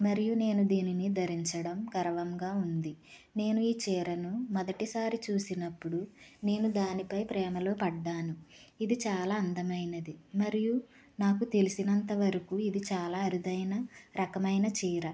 మరియు నేను దీనిని ధరించడం గర్వంగా ఉంది నేను ఈ చీరను మొదటి సారి చూసినపుడు నేను దానిపై ప్రేమలో పడ్డాను ఇది చాలా అందమైనది మరియు నాకు తెలిసినంత వరకు ఇది చాలా అరుదైన రకమైన చీర